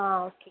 ആ ഓക്കെ